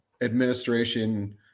administration